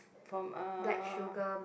from uh